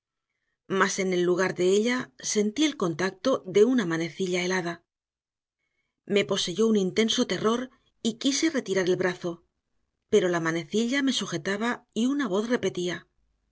mas en lugar de ella sentí el contacto de una manecilla helada me poseyó un intenso terror y quise retirar el brazo pero la manecilla me sujetaba y una voz repetía